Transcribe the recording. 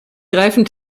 greifen